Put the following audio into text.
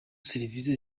serivise